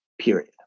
period